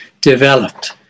developed